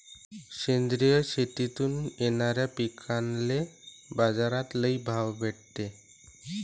सेंद्रिय शेतीतून येनाऱ्या पिकांले बाजार लई भाव भेटते